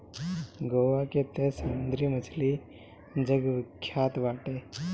गोवा के तअ समुंदरी मछली जग विख्यात बाटे